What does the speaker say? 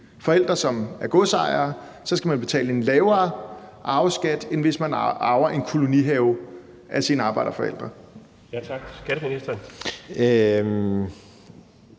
forældre, som er godsejere, skal man betale en lavere arveskat, end hvis man arver en kolonihave af sine arbejderforældre. Kl. 12:36 Den fg.